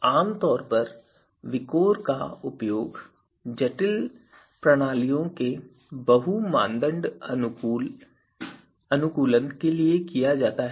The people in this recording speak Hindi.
आमतौर पर विकोर का उपयोग जटिल प्रणालियों के बहु मानदंड अनुकूलन के लिए किया जाता है